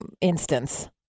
instance